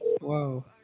Whoa